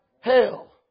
hell